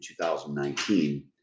2019